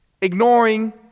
ignoring